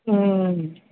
ம்